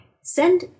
Send